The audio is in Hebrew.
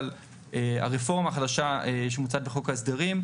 אבל הרפורמה החדשה מוצעת בחוק ההסדרים,